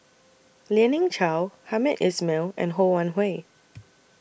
Lien Ying Chow Hamed Ismail and Ho Wan Hui